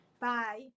Bye